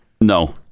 No